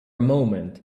moment